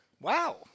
Wow